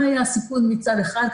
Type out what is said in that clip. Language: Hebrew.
מה יהיה הסיכון מצד אחד,